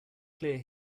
clear